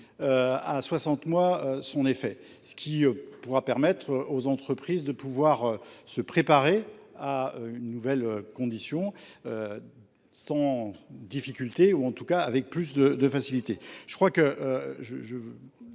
à 60 mois son effet, ce qui pourra permettre aux entreprises de pouvoir se préparer à une nouvelle condition, sans difficulté ou en tout cas avec plus de facilité. Je crois que je